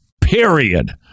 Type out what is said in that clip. Period